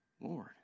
Lord